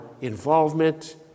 involvement